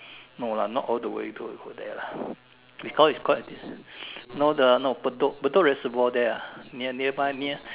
no lah not all the way go there lah because it's quite no the no Bedok Bedok reservoir there ah near nearby near